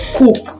cook